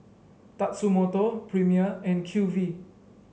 Tatsumoto Premier and Q V